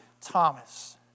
Thomas